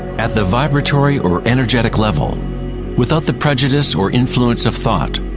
at the vibratory or energetic level without the prejudice or influence of thought.